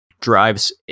drives